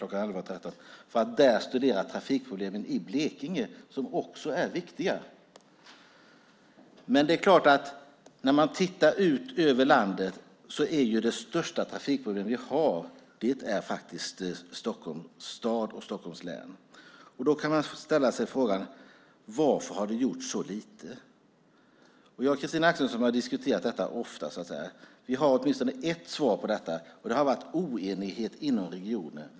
11.13 - för att studera trafikproblemen där, som också är viktiga. Tittar man ut över landet står det dock klart att vårt största trafikproblem är Stockholms stad och Stockholms län. Då kan man ställa sig frågan: Varför har det gjorts så lite? Christina Axelsson och jag har diskuterat detta ofta och har åtminstone ett svar, nämligen att det har varit oenighet inom regionen.